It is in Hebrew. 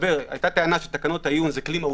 היתה טענה שתקנות עיון זה כלי מהותי,